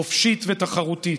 חופשית ותחרותית,